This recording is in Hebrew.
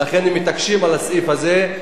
ואכן הם מתעקשים על הסעיף הזה.